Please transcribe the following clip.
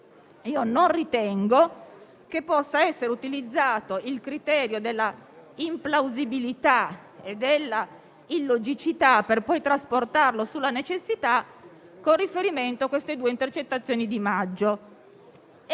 non ritengo che possa essere utilizzato il criterio della implausibilità e della illogicità, per poi trasportarlo sulla necessità, con riferimento alle due intercettazioni di maggio.